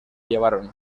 llevaron